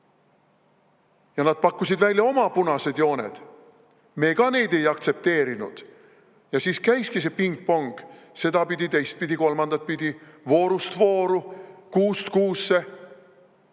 Nad pakkusid välja oma punased jooned. Meie ka neid ei aktsepteerinud. Ja siis käiski see pingpong sedapidi, teistpidi, kolmandat pidi, voorust vooru, kuust kuusse. See